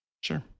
sure